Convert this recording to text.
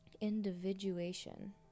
Individuation